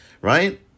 right